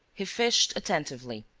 he fished attentively,